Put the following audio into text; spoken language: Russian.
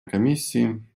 комиссии